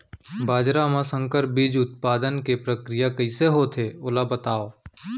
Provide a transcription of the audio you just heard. बाजरा मा संकर बीज उत्पादन के प्रक्रिया कइसे होथे ओला बताव?